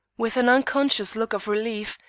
with an unconscious look of relief,